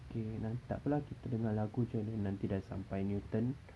okay nan~ takpe lah kita dengar lagu jer nanti dah sampai newton